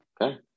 okay